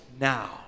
now